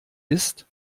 ist